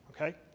Okay